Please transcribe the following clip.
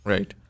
Right